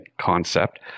concept